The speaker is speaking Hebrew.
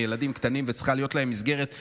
ילדים קטנים וצריכה להיות להם מסגרת ראויה,